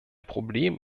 problem